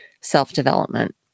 self-development